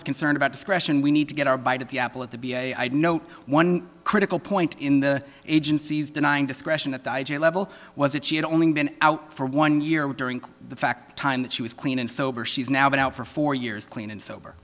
is concerned about discretion we need to get our bite at the apple at the b i note one critical point in the agency's denying discretion that digests level was that she had only been out for one year with during the fact time that she was clean and sober she's now been out for four years clean and sober